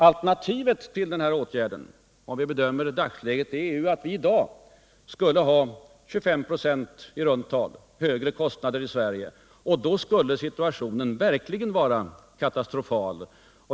Alternativet — om vi inte vidtagit åtgärderna i fråga — skulle ha lett till att vi i dag skulle ha i runt tal 25 926 högre kostnader i Sverige, och då skulle situationen verkligen vara katastrofal.